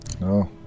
No